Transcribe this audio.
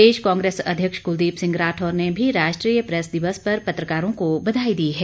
प्रदेश कांग्रेस अध्यक्ष कुलदीप सिंह राठौर ने भी राष्ट्रीय प्रैस दिवस पर पत्रकारों को बधाई दी है